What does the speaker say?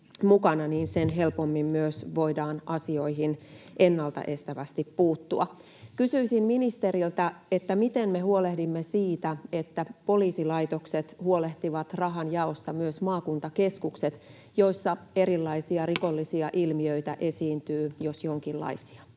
sen helpommin myös voidaan asioihin ennalta estävästi puuttua. Kysyisin ministeriltä: miten me huolehdimme siitä, että poliisilaitokset huomioivat rahanjaossa myös maakuntakeskukset, joissa erilaisia rikollisia ilmiöitä esiintyy jos jonkinlaisia?